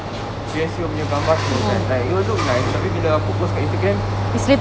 VSCO punya gambar semua kan it will look nice tapi bila aku post dekat Instagram